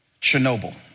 Chernobyl